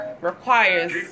requires